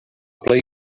plej